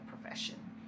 profession